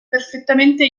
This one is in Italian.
perfettamente